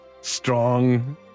strong